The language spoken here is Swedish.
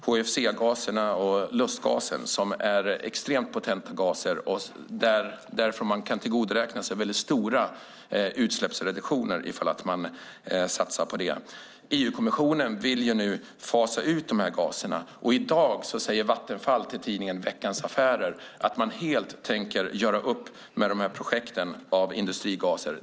HFC-gaserna och lustgasen är extremt potenta gaser, och man kan tillgodoräkna sig mycket stora utsläppsreduktioner om man satsar på det. EU-kommissionen vill nu fasa ut dessa gaser, och i dag säger Vattenfall i tidningen Veckans Affärer att man helt tänker göra upp med industrigasprojekten.